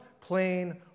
plain